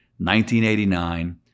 1989